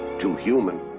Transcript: too human,